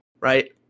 right